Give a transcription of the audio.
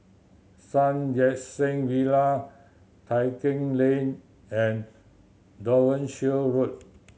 Sun Yat Sen Villa Tai Keng Lane and Devonshire Road